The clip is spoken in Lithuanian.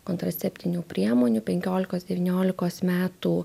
kontraceptinių priemonių penkiolikos devyniolikos metų